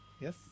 Yes